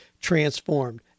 transformed